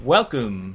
Welcome